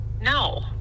No